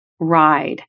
ride